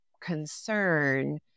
concern